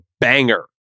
banger